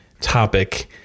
topic